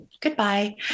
goodbye